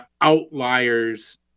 outliers